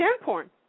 porn